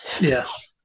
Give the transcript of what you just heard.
Yes